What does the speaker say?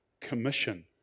commission